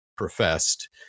professed